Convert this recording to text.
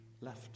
left